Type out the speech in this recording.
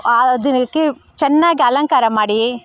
ಆ ದಿನಕ್ಕೆ ಚೆನ್ನಾಗಿ ಅಲಂಕಾರ ಮಾಡಿ